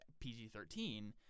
PG-13